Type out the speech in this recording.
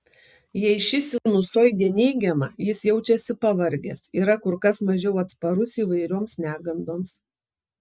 jei ši sinusoidė neigiama jis jaučiasi pavargęs yra kur kas mažiau atsparus įvairioms negandoms